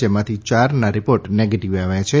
જેમાંથી ચારના report negative આવ્યા છે